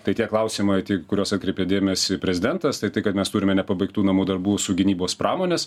tai tie klausimai tį kuriuos atkreipė dėmesį prezidentas tai tai kad mes turime nepabaigtų namų darbų su gynybos pramonės